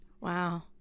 Wow